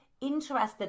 interested